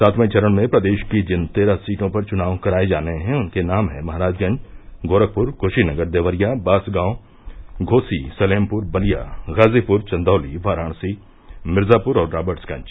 सातवें चरण में प्रदेश की जिन तेरेह सीटों पर चुनाव कराये जाने हैं उनके नाम हैं महराजगंज गोरखपुर कुशीनगर देवरिया बांसगांव घोसी सलेमपुर बलिया गाजीपुर चन्दौली वाराणसी मिर्जापुर और राबर्ट्सगंज